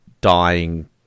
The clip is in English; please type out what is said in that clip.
dying